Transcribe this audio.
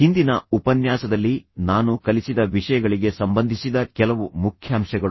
ಹಿಂದಿನ ಉಪನ್ಯಾಸದಲ್ಲಿ ನಾನು ಕಲಿಸಿದ ವಿಷಯಗಳಿಗೆ ಸಂಬಂಧಿಸಿದ ಕೆಲವು ಮುಖ್ಯಾಂಶಗಳು